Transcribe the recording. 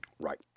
Right